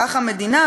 כך המדינה,